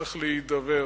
צריך להידבר.